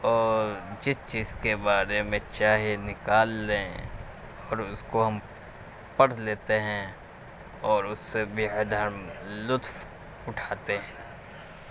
اور جس چیز کے بارے میں چاہے نکال لیں اور اس کو ہم پڑھ لیتے ہیں اور اس سے بےحد ہم لطف اٹھاتے ہیں